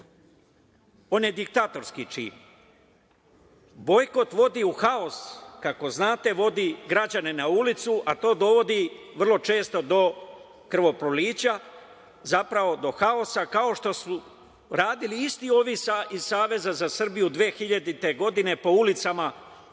On je diktatorski čin. Bojkot vodi u haos, kako znate, vodi građane na ulicu, a to dovodi vrlo često do krvoprolića, zapravo do haosa, kao što su radili isti ovi iz Saveza za Srbiju 2000. godine po ulicama gradova